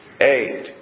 eight